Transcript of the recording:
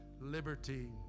liberty